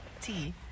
tea